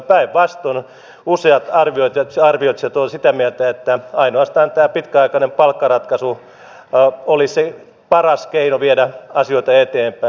päinvastoin useat arvioitsijat ovat sitä mieltä että ainoastaan tämä pitkäaikainen palkkaratkaisu olisi paras keino viedä asioita eteenpäin